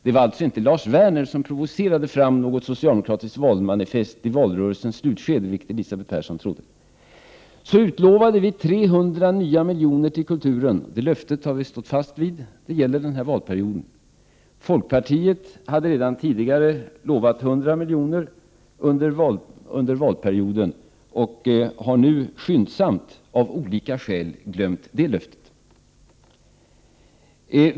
Det var alltså inte Lars Werner som provocerade fram något socialdemokratiskt valmanifest i valrörelsens slutskede, vilket Elisabeth Persson trodde. Vi utlovade där 300 nya miljoner till kulturen, och det löftet har vi stått fast vid — det gäller denna valperiod. Folkpartiet hade lovat 100 miljoner redan tidigare under valperioden 100 miljoner och har nu skyndsamt, av olika skäl, glömt det löftet.